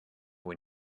when